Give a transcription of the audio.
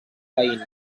veïns